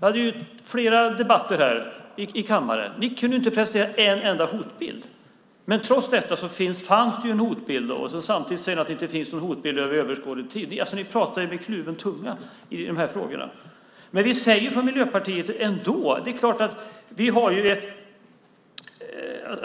Vi har haft flera debatter här i kammaren, men ni har inte kunnat presentera en enda hotbild. Trots detta säger ni att det finns en hotbild. Samtidigt säger ni att det inte finns någon hotbild över överskådlig tid. Ni pratar ju med kluven tunga i de här frågorna.